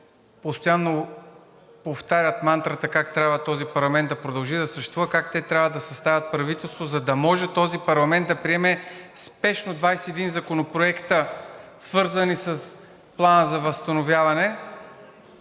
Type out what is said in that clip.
постоянно повтарят мантрата как трябва този парламент да продължи да съществува, как те трябва да съставят правителство, за да може този парламент да приеме спешно 21 законопроекта, свързани с Плана за възстановяване,